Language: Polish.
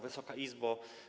Wysoka Izbo!